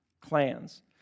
clans